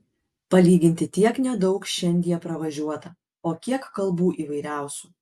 palyginti tiek nedaug šiandie pravažiuota o kiek kalbų įvairiausių